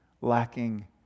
lacking